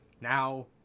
Now